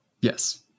Yes